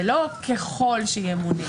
זה לא ככל שימונה.